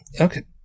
Okay